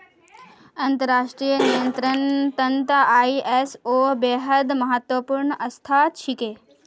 अंतर्राष्ट्रीय नियंत्रनेर त न आई.एस.ओ बेहद महत्वपूर्ण संस्था छिके